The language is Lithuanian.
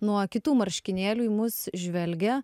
nuo kitų marškinėlių į mus žvelgia